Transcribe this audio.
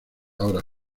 hora